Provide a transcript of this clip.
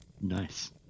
Nice